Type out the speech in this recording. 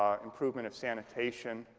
um improvement of sanitation,